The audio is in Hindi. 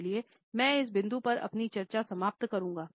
इसलिए मैं इस बिंदु पर अपनी चर्चा समाप्त करुंगा